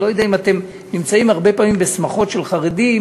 אני לא יודע אם אתם נמצאים הרבה פעמים בשמחות של חרדים,